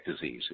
disease